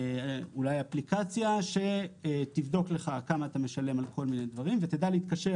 אולי אפליקציה שתבדוק לך כמה אתה משלם על כל מיני דברים ותדע להתקשר